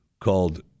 called